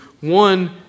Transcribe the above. one